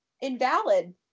invalid